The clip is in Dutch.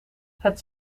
het